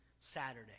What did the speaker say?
Saturday